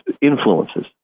influences